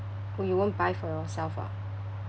oh you won't buy for yourself ah